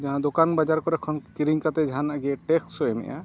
ᱡᱟᱦᱟᱸ ᱫᱚᱠᱟᱱ ᱵᱟᱡᱟᱨ ᱠᱚᱨᱮ ᱠᱷᱚᱱ ᱠᱤᱨᱤᱧ ᱠᱟᱛᱮ ᱡᱟᱦᱟᱱᱟᱜ ᱜᱮ ᱴᱮᱠᱥᱠᱚ ᱮᱢᱮᱜᱼᱟ